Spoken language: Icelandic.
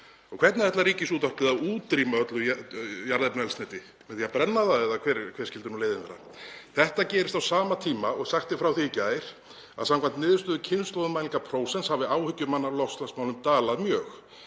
Og hvernig ætlar Ríkisútvarpið að útrýma öllu jarðefnaeldsneyti? Með því að brenna það eða hver skyldi nú leiðin vera? Þetta gerist á sama tíma og sagt er frá því í gær að samkvæmt niðurstöðu kynslóðamælinga Prósents hafi áhyggjur manna af loftslagsmálum dalað mjög